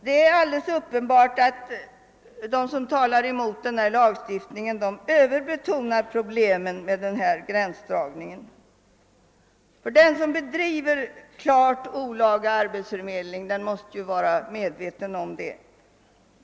Det är alldeles uppenbart att de som talar emot denna lagstiftning överbetonar problemet med gränsdragningen. Den som bedriver klart olaga arbetsförmedling måste vara medveten om detta.